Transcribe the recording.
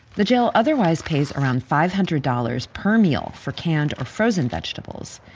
the jail otherwise pays around five hundred dollars per meal for canned or frozen vegetables.